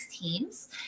teams